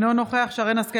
אינו נוכח שרן מרים השכל,